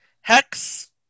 Hex